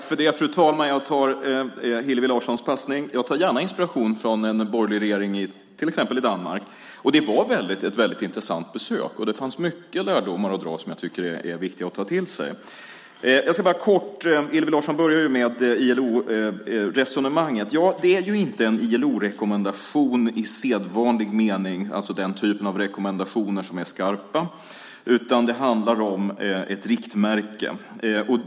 Fru talman! Jag tar Hillevi Larssons passning. Jag tar gärna inspiration från en borgerlig regering i till exempel Danmark. Det var ett väldigt intressant besök. Det fanns många lärdomar att dra som jag tycker är viktiga att ta till sig. Hillevi Larsson började med ILO-resonemanget. Jag ska bara kort säga att det inte är en ILO-rekommendation i sedvanlig mening, alltså den typen av rekommendationer som är skarpa, utan det handlar om ett riktmärke.